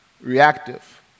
reactive